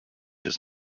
his